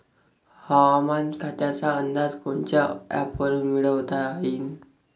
हवामान खात्याचा अंदाज कोनच्या ॲपवरुन मिळवता येईन?